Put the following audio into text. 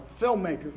filmmaker